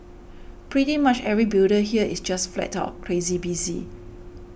pretty much every builder here is just flat out crazy busy